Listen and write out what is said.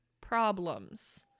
problems